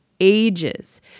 ages